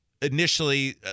Initially